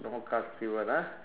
no more cars beyond ah